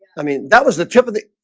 i mean that was the tip of the